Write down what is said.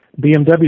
BMW